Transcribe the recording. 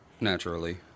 Naturally